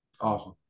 Awesome